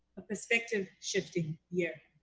a perspective shifting year.